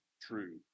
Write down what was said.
true